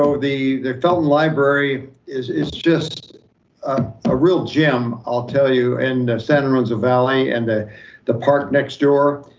so the the felton library is is just a real gem. i'll tell you and santa rosa valley and the the park next door,